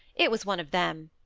it was one of them.